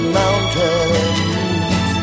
mountains